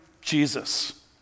Jesus